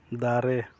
ᱫᱟᱨᱮ